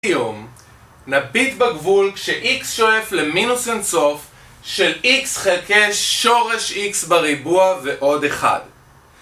נביט בגבול כש-x שואף למינוס אינסוף, של x חלקי שורש x בריבוע ועוד אחד